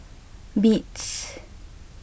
beats